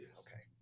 okay